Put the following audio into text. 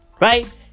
Right